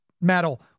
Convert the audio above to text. metal